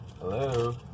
Hello